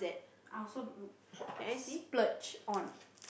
I also don't know splurge on